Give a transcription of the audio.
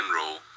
general